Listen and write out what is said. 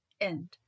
End